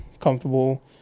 comfortable